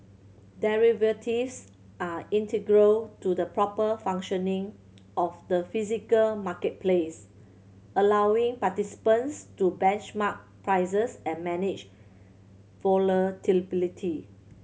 derivatives are integral to the proper functioning of the physical marketplace allowing participants to benchmark prices and manage